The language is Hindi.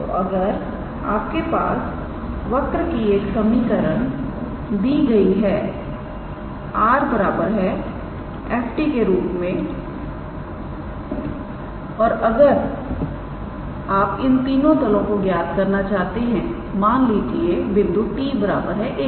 तो अगर आपके पास वक्र की एक समीकरण दी गई है 𝑟⃗ 𝑓⃗𝑡 रूप में और अगर आप इन तलों को ज्ञात करना चाहते हैं मान लीजिए बिंदु 𝑡 𝑎 पर